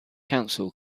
council